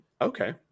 Okay